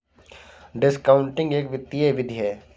discounting एक वित्तीय विधि है